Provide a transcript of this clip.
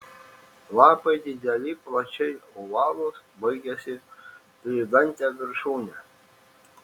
lapai dideli plačiai ovalūs baigiasi tridante viršūne